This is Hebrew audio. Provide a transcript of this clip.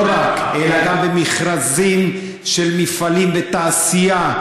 לא רק, אלא גם במכרזים של מפעלים ותעשייה.